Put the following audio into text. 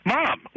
Mom